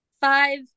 five